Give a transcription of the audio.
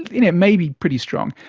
you know it may be pretty strong.